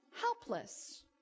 helpless